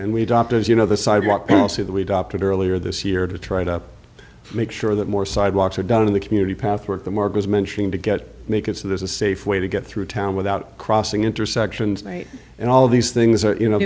and we dropped as you know the sidewalk passive we dropped it earlier this year to try to make sure that more sidewalks are done in the community path work the morgue was mentioning to get make it so there's a safe way to get through town without crossing intersections and all of these things that you know